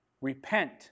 Repent